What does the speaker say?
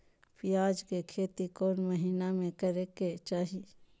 प्याज के खेती कौन महीना में करेके चाही?